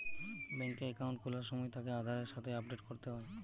বেংকে একাউন্ট খোলার সময় তাকে আধারের সাথে আপডেট করতে হয়